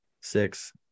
six